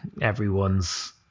everyone's